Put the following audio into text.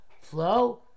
flow